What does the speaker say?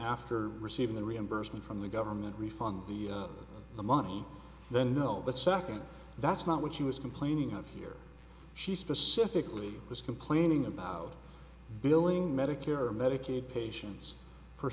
after receiving the reimbursement from the government refund the money then you know that second that's not what she was complaining of here she specifically was complaining about billing medicare medicaid patients for